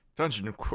Dungeon